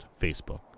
Facebook